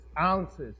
ounces